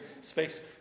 space